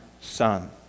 Son